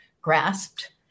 grasped